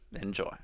Enjoy